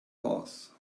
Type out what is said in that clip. horse